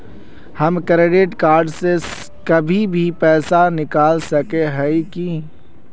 हम credit card से कहीं भी पैसा निकल सके हिये की?